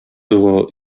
było